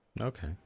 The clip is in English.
Okay